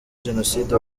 jenoside